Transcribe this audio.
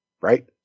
right